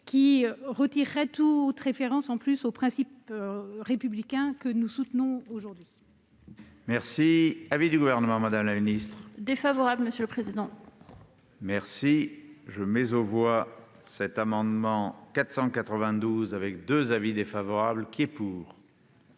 retirerait toute référence aux principes républicains que nous soutenons aujourd'hui.